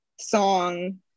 song